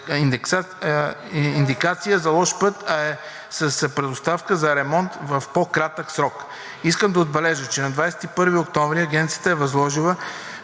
индикация за лош път, а е предпоставка за ремонт в по-кратък срок. Искам да отбележа, че на 21 октомври Агенцията е възложила